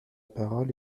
parole